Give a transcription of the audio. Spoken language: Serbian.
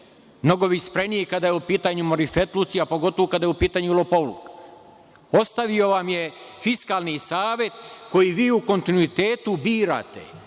mnogo vispreniji, kada su u pitanju marifetluci, a pogotovo kada je u pitanju lopovluk. Ostavio vam je Fiskalni savet koji vi u kontinuitetu birate.